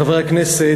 חברי הכנסת,